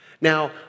Now